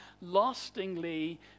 lastingly